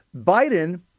Biden